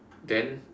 then